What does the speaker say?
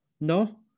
No